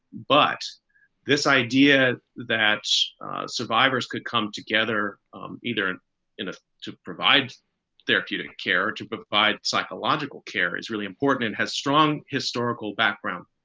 but this idea that survivors could come together um either ah to provide therapeutic care, to provide psychological care is really important and has strong historical background.